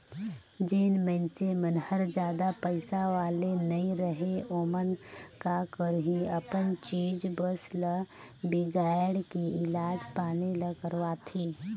जेन मइनसे मन हर जादा पइसा वाले नइ रहें ओमन का करही अपन चीच बस ल बिगायड़ के इलाज पानी ल करवाथें